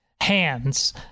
hands